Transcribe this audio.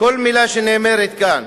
כל מלה שנאמרת כאן.